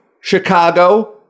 Chicago